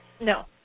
No